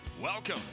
Welcome